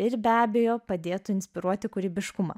ir be abejo padėtų inspiruoti kūrybiškumą